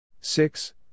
Six